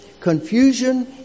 confusion